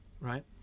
right